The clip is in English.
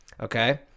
Okay